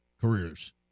careers